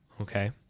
okay